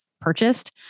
purchased